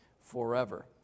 forever